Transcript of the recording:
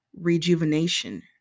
rejuvenation